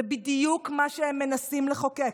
זה בדיוק מה שהם מנסים לחוקק.